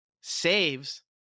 saves